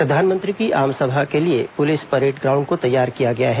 प्रधानमंत्री की आमसभा के लिए पुलिस परेड ग्राउंड को तैयार किया गया है